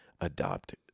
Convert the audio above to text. adopt